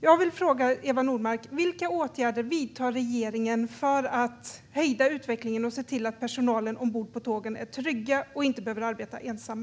Jag vill fråga Eva Nordmark: Vilka åtgärder vidtar regeringen för att hejda utvecklingen och se till att de anställda ombord på tågen är trygga och inte behöver arbeta ensamma?